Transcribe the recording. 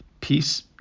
peace